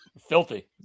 filthy